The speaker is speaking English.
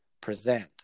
present